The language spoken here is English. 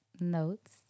notes